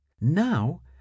Now